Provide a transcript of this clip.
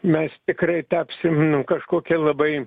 mes tikrai tapsim nu kažkokia labai